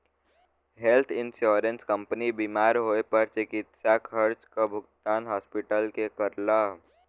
health insurance company बीमार होए पर चिकित्सा खर्चा क भुगतान हॉस्पिटल के करला